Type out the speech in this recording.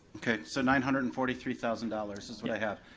okay, so nine hundred and forty three thousand dollars is what i have.